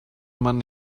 man